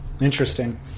Interesting